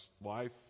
life